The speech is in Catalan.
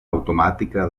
automàtica